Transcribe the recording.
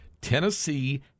Tennessee